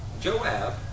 Joab